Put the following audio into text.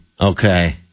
Okay